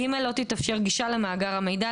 (ג)לא תתאפשר גישה למאגר המידע,